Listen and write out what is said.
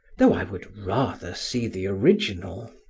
though i would rather see the original.